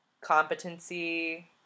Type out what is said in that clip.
competency